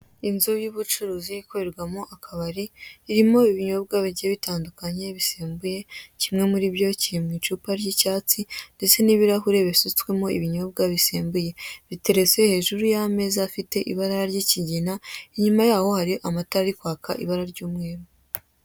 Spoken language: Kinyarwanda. Inzu y'ubucuruzi ikorerwamo akabari, irimo ibinyobwa bigiye bitandukanye bisembuye. Kimwe muri byo kiri mu icupa ry'icyatsi, ndetse n'ibirahure bisutswemo ibinyobwa bisembuye, biteretse hejuru y'ameza afite ibara ry'ikigina. Inyuma yaho hari amatara ari kwaka ibara ry'umweru.